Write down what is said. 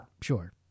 Sure